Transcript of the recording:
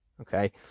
okay